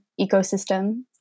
ecosystem